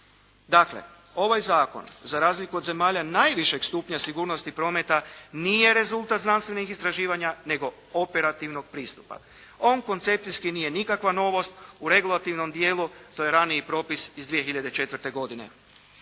Dakle, ovaj zakon za razliku od zemalja najvišeg stupnja sigurnosti prometa nije rezultat znanstvenih istraživanja, nego operativnog pristupa. On koncepcijski nije nikakva novost. U regulativnom dijelu to je raniji propis iz 2004. godine.